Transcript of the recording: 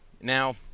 Now